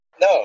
No